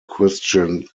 christian